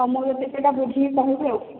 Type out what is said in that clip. ତମକୁ ଏଇଟା ବୁଝିକି କହିବି ଆଉ